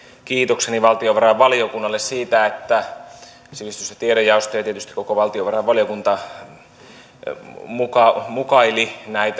kiitokseni valtiovarainvaliokunnalle siitä että sivistys ja tiedejaosto ja tietysti koko valtiovarainvaliokunta mukaili